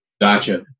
Gotcha